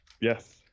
Yes